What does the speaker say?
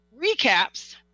recaps